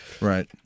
Right